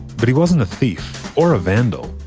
but he wasn't a thief or a vandal.